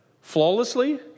Flawlessly